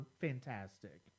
fantastic